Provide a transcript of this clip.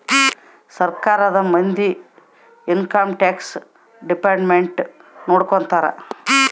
ಸರ್ಕಾರದ ಮಂದಿ income tax department ನೊಡ್ಕೋತರ